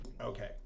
Okay